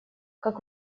как